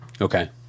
Okay